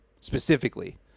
specifically